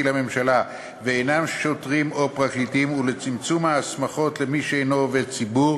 לממשלה ואינם שוטרים או פרקליטים ולצמצום ההסמכות למי שאינו עובד ציבור,